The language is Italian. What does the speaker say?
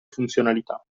funzionalità